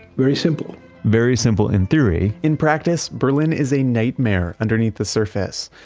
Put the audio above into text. very simple very simple in theory in practice, berlin is a nightmare underneath the surface.